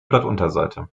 blattunterseite